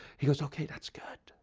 he goes ok, that's good,